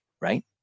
right